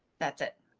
that's it.